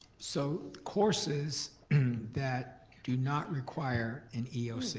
so courses that do not require an eoc,